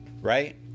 right